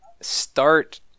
start